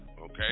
Okay